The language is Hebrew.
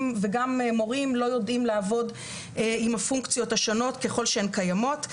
וגם מורים לא יודעים לעבוד עם הפונקציות השונות ככל שהן קיימות.